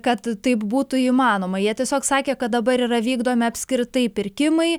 kad taip būtų įmanoma jie tiesiog sakė kad dabar yra vykdomi apskritai pirkimai